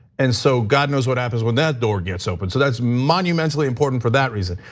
and so god knows what happens when that door gets opened. so that's monumentally important for that reason.